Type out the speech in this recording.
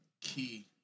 Key